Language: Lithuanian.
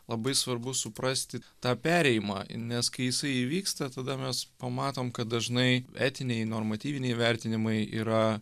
labai svarbu suprasti tą perėjimą į nes kai jisai įvyksta tada mes pamatom kad dažnai etiniai normatyviniai vertinimai yra